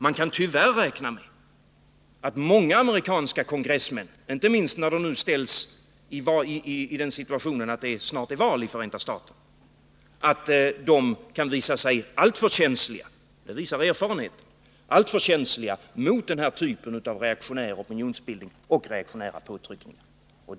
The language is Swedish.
Man kan tyvärr räkna med — det visar erfarenheten — att många amerikanska kongressmän, inte minst i situationen inför det val som snart skall hållas i Förenta staterna, kan visa sig alltför känsliga mot denna typ av reaktionär opinionsbildning och reaktionära påtryckningar.